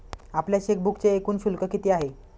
आपल्या चेकबुकचे एकूण शुल्क किती आहे?